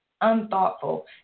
unthoughtful